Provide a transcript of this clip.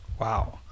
Wow